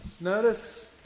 Notice